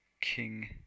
King